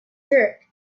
jerk